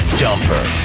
dumper